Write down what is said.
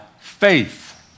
faith